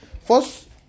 First